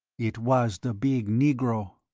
it was the big negro!